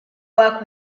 work